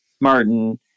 Martin